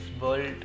world